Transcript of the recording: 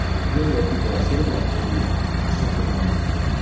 here were people that sort of like made something out of nothing.